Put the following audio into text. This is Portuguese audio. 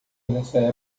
nessa